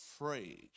afraid